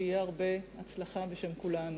הרבה הצלחה, בשם כולנו.